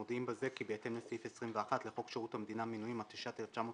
מודיעים בזה כי בהתאם לסעיף21 לחוק שירות המדינה (מינויים) התשי"ט-1959,